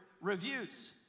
reviews